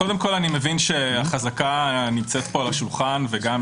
קודם כל אני מבין שהחזקה נמצאת פה על השולחן וגם